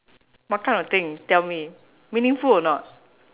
what kind of thing tell me meaningful or not